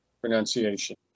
Pronunciation